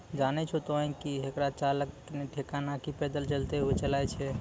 जानै छो तोहं कि हेकरा चालक नॅ ठेला नाकी पैदल चलतॅ हुअ चलाय छै